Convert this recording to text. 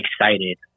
excited